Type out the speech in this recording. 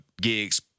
gigs